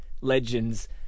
Legends